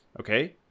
Okay